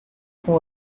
com